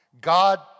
God